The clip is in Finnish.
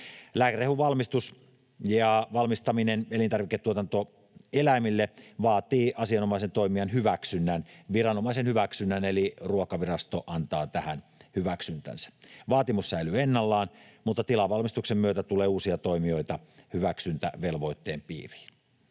Lääkerehun valmistaminen elintarviketuotantoeläimille vaatii asianomaisen toimijan hyväksynnän, viranomaisen hyväksynnän, eli Ruokavirasto antaa tähän hyväksyntänsä. Vaatimus säilyy ennallaan, mutta tilavalmistuksen myötä tulee uusia toimijoita hyväksyntävelvoitteen piiriin.